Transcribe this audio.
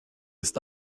ist